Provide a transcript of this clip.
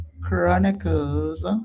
Chronicles